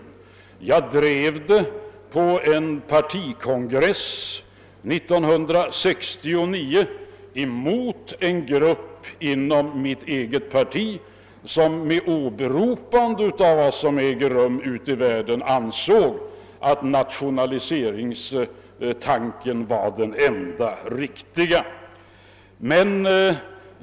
Jag hävdade den uppfattningen på en partikongress 1969 emot en grupp inom mitt eget parti som med åberopande av vad som äger rum ute i världen gjorde gällande att nationaliseringstanken var den enda riktiga.